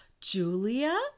Julia